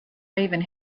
raven